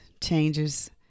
changes